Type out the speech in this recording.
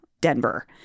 Denver